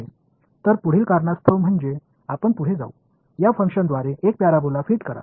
ஆகவே அடுத்த கட்ட நடவடிக்கை எடுக்க நமக்கு காரணம் இந்த ஃபங்ஷன்டின் மூலம் ஒரு பரபோலா பொருத்துங்கள்